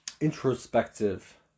introspective